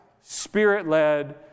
spirit-led